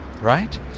right